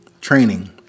training